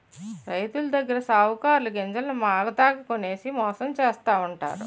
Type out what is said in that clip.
రైతులదగ్గర సావుకారులు గింజల్ని మాగతాకి కొనేసి మోసం చేస్తావుంటారు